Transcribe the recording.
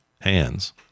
hands